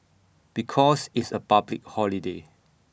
because it's A public holiday